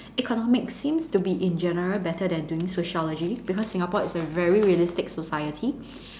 economics seems to be in general better than doing sociology because Singapore is a very realistic society